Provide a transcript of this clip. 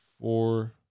four